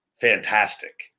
fantastic